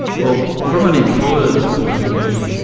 well from an employer's point of view,